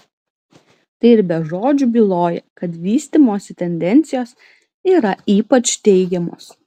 tai ir be žodžių byloja kad vystymosi tendencijos yra ypač teigiamos